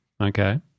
Okay